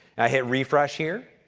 i hit refresh here.